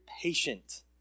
patient